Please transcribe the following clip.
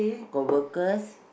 got workers